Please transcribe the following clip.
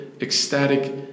ecstatic